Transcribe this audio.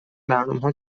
برنامهها